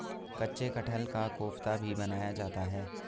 कच्चे कटहल का कोफ्ता भी बनाया जाता है